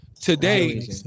today